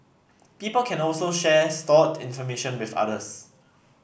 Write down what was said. people can also share stored information with others